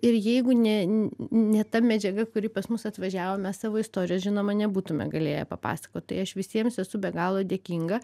ir jeigu ne ne ta medžiaga kuri pas mus atvažiavo mes savo istorijos žinoma nebūtume galėję papasakot tai aš visiems esu be galo dėkinga